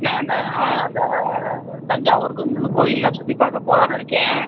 அண்ணேன் இந்த ஆ இந்த தஞ்சாவூருக்கு வந்து இந்த கோயில்லாம் சுற்றி பார்க்க போகலாம்ன்னு இருக்கேன்